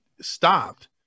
stopped